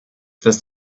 this